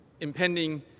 impending